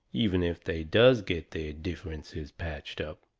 even if they does get their differences patched up.